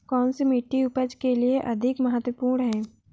कौन सी मिट्टी उपज के लिए अधिक महत्वपूर्ण है?